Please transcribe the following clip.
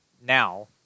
now